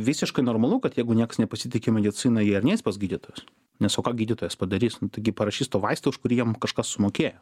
visiškai normalu kad jeigu nieks nepasitiki medicina jie ir neis pas gydytojus nes o ką gydytojas padarys nu taigi parašys to vaisto už kurį jam kažkas sumokėjo